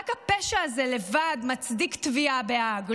רק הפשע הזה לבד מצדיק תביעה בהאג.